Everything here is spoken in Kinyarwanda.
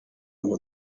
ngo